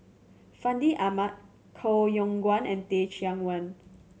Fandi Ahmad Koh Yong Guan and Teh Cheang Wan